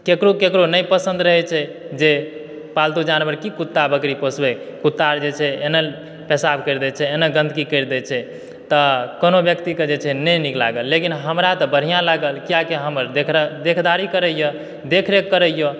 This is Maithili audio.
केकरो केकरो नै पसन्द रहै छै जे पालतू जानवर की कुत्ता बकरी पोसबै कुत्ता आर जे छै एन्ने पेशाब करि दै छै एन्ने गन्दगी करि दै छै तऽ कोनो व्यक्तिके जे छै नै नीक लागल लेकिन हमरा तऽ बढ़िया लागल किए कि हमर देख देखदारी करैए देखरेख करैए